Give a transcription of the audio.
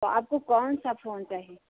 तो आपको कौन सा फोन चाहिए